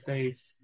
Face